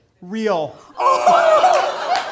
Real